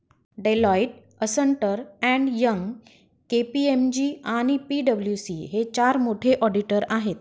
Deloitte, अस्न्टर and Young, KPMG आणि पी.डब्ल्यू.सी हे चार मोठे ऑडिटर आहेत